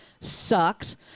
sucks